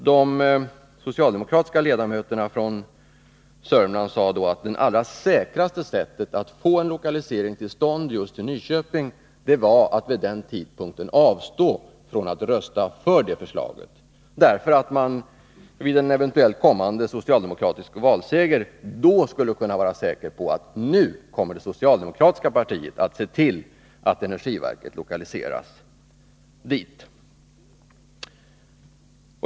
De socialdemokratiska ledamöterna från Sörmland sade då att det allra säkraste sättet att få en lokalisering till stånd just till Nyköping var att vid den tidpunkten avstå från att rösta för det förslaget, därför att man vid en eventuell kommande socialdemokratisk valseger skulle kunna vara säker på att nu kommer det socialdemokratiska partiet att se till att energiverket lokaliseras dit.